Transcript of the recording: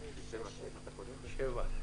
שבעה.